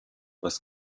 was